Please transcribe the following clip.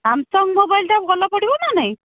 Samsung ମୋବାଇଲଟା ଭଲ ପଡ଼ିବ ନା ନାହିଁ